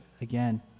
again